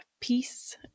peace